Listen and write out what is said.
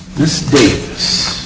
this is